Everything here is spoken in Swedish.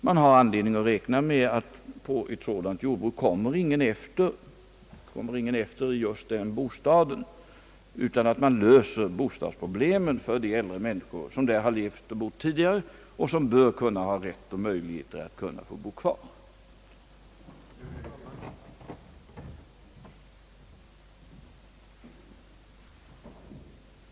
Man har anledning att räkna med att på ett sådant jordbruk kommer det ingen efter som innehavare av just den bostaden. Man löser alltså bostadsproblemet för de äldre människor, som har bott där tidigare och som bör ha rätt att kunna få bo kvar där.